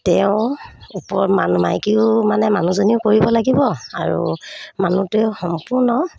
তেওঁ ওপৰ মানুহ মাইকীও মানে মানুহজনীয়েও কৰিব লাগিব আৰু মানুহটোৱে সম্পূৰ্ণ